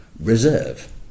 reserve